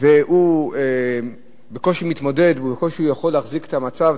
והוא בקושי מתמודד והוא בקושי יכול להחזיק את המצב,